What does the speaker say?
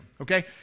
okay